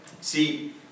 See